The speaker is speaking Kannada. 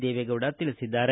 ದೇವೇಗೌಡ ತಿಳಿಸಿದ್ದಾರೆ